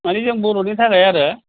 माने जों बर'नि थाखाय आरो